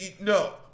no